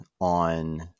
on